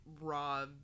raw